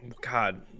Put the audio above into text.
God